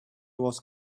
was